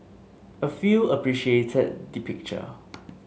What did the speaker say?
a few appreciated the picture